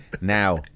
Now